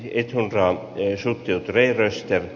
ehrnrooth ja sen perästä